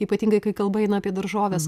ypatingai kai kalba eina apie daržoves